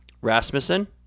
Rasmussen